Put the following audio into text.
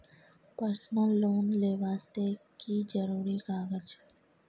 Personal loan ले वास्ते की जरुरी कागज?